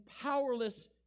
powerless